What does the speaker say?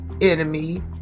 enemy